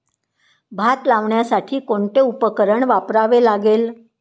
भात लावण्यासाठी कोणते उपकरण वापरावे लागेल?